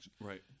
Right